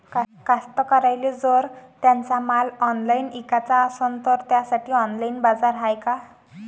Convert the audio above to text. कास्तकाराइले जर त्यांचा माल ऑनलाइन इकाचा असन तर त्यासाठी ऑनलाइन बाजार हाय का?